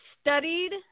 studied